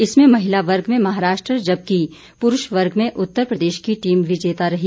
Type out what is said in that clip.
इसमें महिला वर्ग में महाराष्ट्र जबकि पुरूष वर्ग में उत्तर प्रदेश की टीम विजेता रही